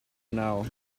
now